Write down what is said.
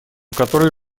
которые